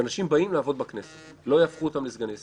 שאנשים באים לעבוד בכנסת לא יהפכו אותם לסגני שרים.